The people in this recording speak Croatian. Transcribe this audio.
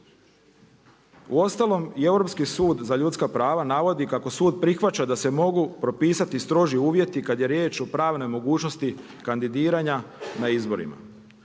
Uostalom i Europski sud za ljudska prava navodi kako sud prihvaća da se mogu propisati stroži uvjeti kada je riječ o pravnoj mogućnosti kandidiranja na izborima